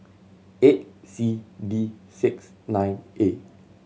eight C D six nine A